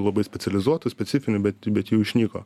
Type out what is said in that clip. labai specializuotų specifinių bet bet jų išnyko